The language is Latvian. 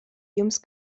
jums